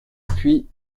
puits